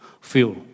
fuel